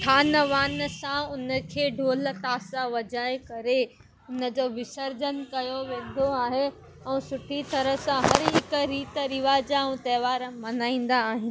थान वान सां उन खे ढोल तासा वॼाए करे हुन जो विसर्जन कयो वेंदो आहे ऐं सुठी तरह सां हर हिकु रीति रिवाज़ ऐं त्योहार मल्हाईंदा आहिनि